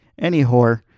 Anywhore